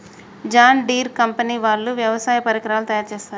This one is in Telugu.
జాన్ ఢీర్ కంపెనీ వాళ్ళు వ్యవసాయ పరికరాలు తయారుచేస్తారు